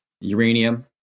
uranium